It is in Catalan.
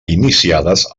iniciades